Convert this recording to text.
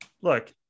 Look